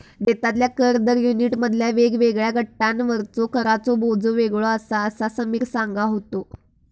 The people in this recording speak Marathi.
देशातल्या कर दर युनिटमधल्या वेगवेगळ्या गटांवरचो कराचो बोजो वेगळो आसा, असा समीर सांगा होतो